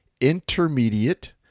intermediate